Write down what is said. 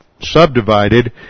subdivided